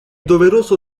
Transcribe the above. doveroso